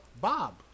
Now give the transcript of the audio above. Bob